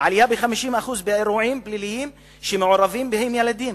עלייה של 50% באירועים פליליים שמעורבים בהם ילדים,